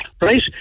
right